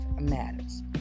matters